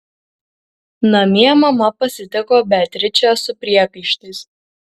namie mama pasitiko beatričę su priekaištais